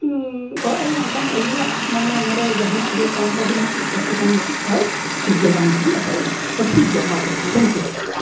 ᱚᱲᱟᱜ ᱨᱮ ᱵᱟᱝᱠᱷᱟᱱ ᱟᱹᱞᱤᱧᱟᱜ ᱢᱟᱱᱮ ᱱᱚᱰᱮ ᱡᱟᱦᱟᱱᱟᱜ ᱜᱮ ᱠᱟᱢ ᱠᱟᱡᱽ ᱨᱮ ᱢᱤᱫᱴᱤᱡ ᱮᱴᱠᱮᱴᱚᱬᱮ ᱵᱟᱭ ᱥᱤᱨᱡᱚᱱᱚᱜᱼᱟ ᱢᱮᱱᱛᱮ ᱞᱤᱧ ᱟᱥᱟᱭᱮᱜᱼᱟ ᱦᱮᱸ ᱴᱷᱤᱠ ᱜᱮᱭᱟ ᱢᱟ ᱛᱚᱵᱮ ᱛᱷᱮᱝᱠ ᱤᱭᱩ